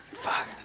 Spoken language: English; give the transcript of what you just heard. fuck.